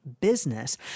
business